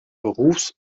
berufs